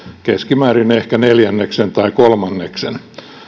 keskimäärin ehkä neljänneksen tai kolmanneksen